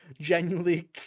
genuinely